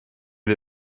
wir